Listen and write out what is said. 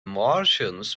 martians